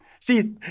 See